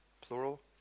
plural